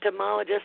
ophthalmologist